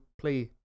play